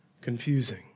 Confusing